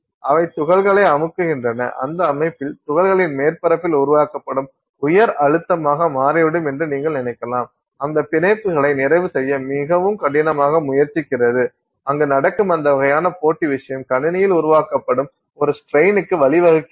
அவை துகள்களை அமுக்குகின்றன அந்த அமைப்பில் துகள்களின் மேற்பரப்பில் உருவாக்கப்படும் உயர் அழுத்தமாக மாறிவிடும் என்று நீங்கள் நினைக்கலாம் அந்த பிணைப்புகளை நிறைவு செய்ய மிகவும் கடினமாக முயற்சிக்கிறது அங்கு நடக்கும் அந்த வகையான போட்டி விஷயம் கணினியில் உருவாக்கப்படும் ஒரு ஸ்ட்ரெயின்க்கு வழிவகுக்கிறது